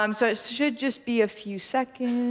um so it should just be a few seconds.